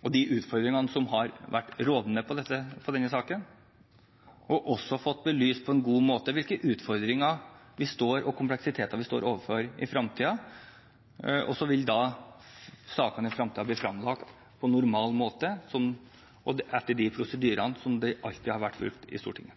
og de utfordringene som har vært rådende i denne saken, og også fått belyst på en god måte hvilke utfordringer og kompleksiteter vi står overfor i fremtiden. Så vil sakene i fremtiden bli fremlagt på normal måte, etter de prosedyrene som alltid har vært brukt i Stortinget.